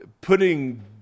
Putting